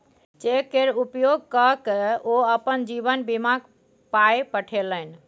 cheque केर उपयोग क कए ओ अपन जीवन बीमाक पाय पठेलनि